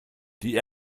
die